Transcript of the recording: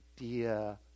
idea